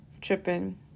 tripping